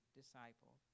disciple